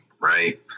right